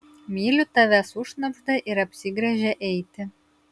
myliu tave sušnabžda ir apsigręžia eiti